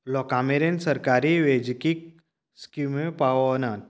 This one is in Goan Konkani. लोकां मेरेन सरकारी वैजकी स्किम्यो पावनात